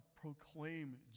proclaim